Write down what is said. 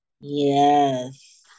Yes